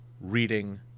reading